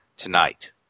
tonight